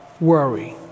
worry